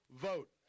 vote